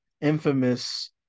infamous